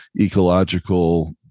ecological